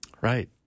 Right